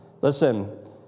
Listen